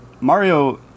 Mario